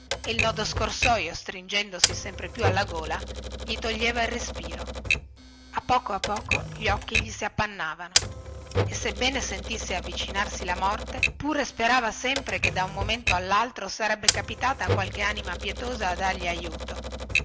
e il nodo scorsoio stringendosi sempre più alla gola gli toglieva il respiro a poco a poco gli occhi gli si appannavano e sebbene sentisse avvicinarsi la morte pure sperava sempre che da un momento allaltro sarebbe capitata qualche anima pietosa a dargli aiuto